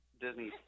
Disney